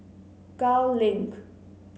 Gul Link